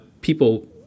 people